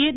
H